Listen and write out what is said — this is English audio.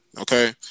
okay